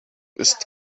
ist